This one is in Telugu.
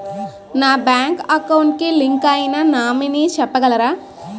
నా బ్యాంక్ అకౌంట్ కి లింక్ అయినా నామినీ చెప్పగలరా?